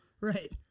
right